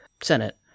Senate